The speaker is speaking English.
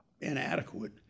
inadequate